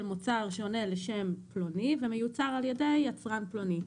מוצר שעונה לשם פלוני ומיוצר על ידי יצרן פלוני.